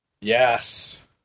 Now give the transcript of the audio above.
Yes